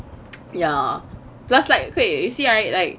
ya plus like okay you see right